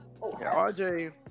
RJ